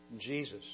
Jesus